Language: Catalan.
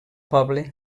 poble